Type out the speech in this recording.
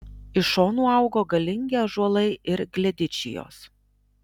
iš šonų augo galingi ąžuolai ir gledičijos